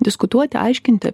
diskutuoti aiškinti